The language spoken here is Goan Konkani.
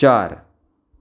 चार